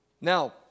Now